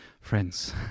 friends